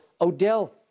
Odell